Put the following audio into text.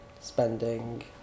spending